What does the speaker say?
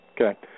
Okay